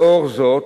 לאור זאת,